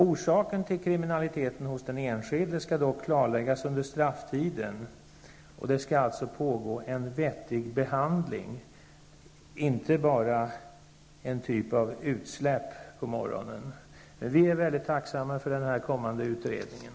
Orsaken till kriminalitet hos den enskilde skall klarläggas under strafftiden. Det skall också pågå en vettig behandling, inte bara i form av utsläpp på morgonen. Vi är väldigt tacksamma för den kommande utredningen.